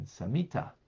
Samita